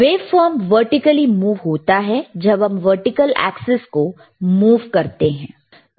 waveform vertically move होता है जब हम वर्टिकल एक्सिस को मुंव करते हैं